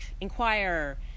inquire